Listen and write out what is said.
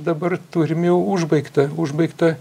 dabar turim jau užbaigtą užbaigtą